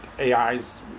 AIs